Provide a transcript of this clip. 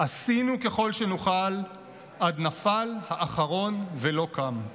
"עשינו ככל שנוכל עד נפל האחרון ולא קם".